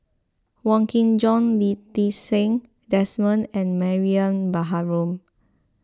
Wong Kin Jong Lee Ti Seng Desmond and Mariam Baharom